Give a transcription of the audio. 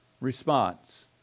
response